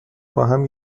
باهم